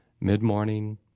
mid-morning